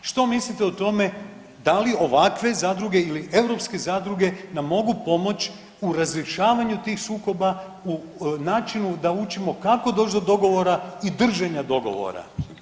Što mislite o tome da li ovakve zadruge ili europske zadruge nam mogu pomoći u razrješavanju tih sukoba u načinu da učimo kako doći do dogovora i drženja dogovora.